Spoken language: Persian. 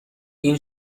این